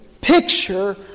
picture